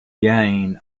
gain